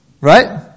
Right